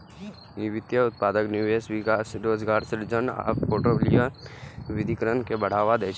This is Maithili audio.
ई वित्तीय उत्पादक निवेश, विकास, रोजगार सृजन आ फोर्टफोलियो विविधीकरण के बढ़ावा दै छै